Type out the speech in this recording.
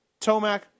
Tomac